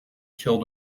killed